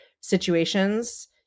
situations